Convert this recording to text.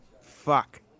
Fuck